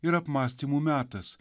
ir apmąstymų metas